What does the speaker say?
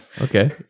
Okay